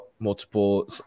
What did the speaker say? Multiple